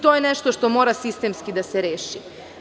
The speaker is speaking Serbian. To je nešto što mora sistemski da se reši.